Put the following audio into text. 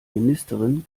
ministerin